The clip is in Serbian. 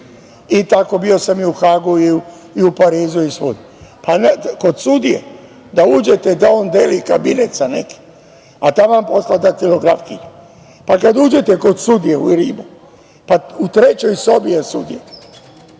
i tako bio sam i u Hagu i u Parizu i svud. Kod sudije da uđete da on deli kabinet sa nekim, a taman posla daktilografkinjom? Kada uđete kod sudije u Rimu u trećoj sobi je sudija.